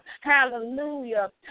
hallelujah